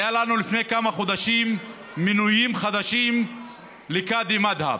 היו לנו לפני כמה חודשים מינויים חדשים לקאדי מד'הב,